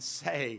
say